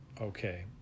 Okay